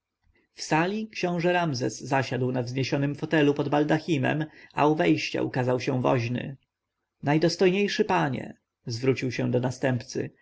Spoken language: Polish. sali książę ramzes zasiadł na wzniesionym fotelu pod baldachimem a u wejścia ukazał się woźny najdostojniejszy panie zwrócił się do następcy